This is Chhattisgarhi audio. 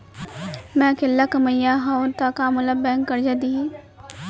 मैं अकेल्ला कमईया हव त का मोल बैंक करजा दिही?